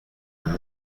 vous